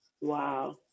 Wow